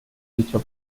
dicho